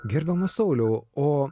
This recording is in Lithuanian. gerbiamas sauliau o